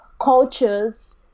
cultures